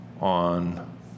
on